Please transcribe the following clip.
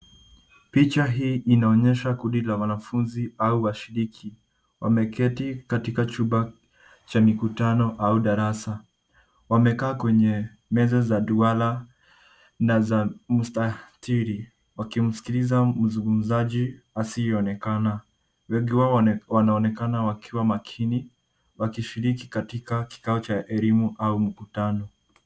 Picha hii inaonyesha kundi la wanafunzi au washiriki wameketi katika chumba cha mikutano au darasa. Wamekaa kwenye meza za duara na za mstatili wakimsikiliza mzungumzaji asiyeonekana. Wengi hao wanaonekana wakiwa makini wakishiriki katika kikao cha elimu au mkutano.